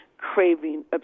Craving